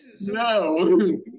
No